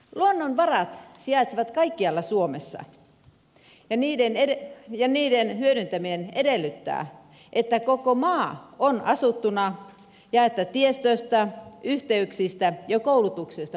luonnonvarat sijaitsevat kaikkialla suomessa ja niiden hyödyntäminen edellyttää että koko maa on asuttuna ja että tiestöstä yhteyksistä ja koulutuksesta huolehditaan